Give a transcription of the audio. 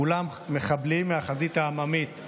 כולם מחבלים מהחזית העממית.